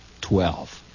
twelve